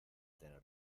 tener